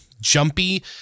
jumpy